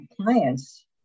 clients